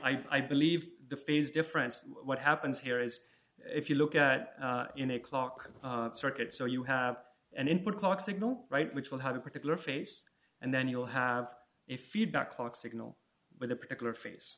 point i believe the phase difference what happens here is if you look at a clock circuit so you have an input clock signal right which will have a particular face and then you'll have a feedback clock signal with a particular face